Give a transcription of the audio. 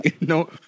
No